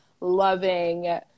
loving